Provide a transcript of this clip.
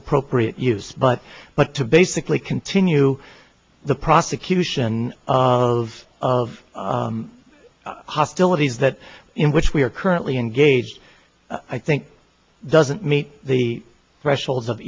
appropriate use but but to basically continue the prosecution of hostilities that in which we are currently engaged i think doesn't meet the threshold